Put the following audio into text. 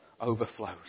overflows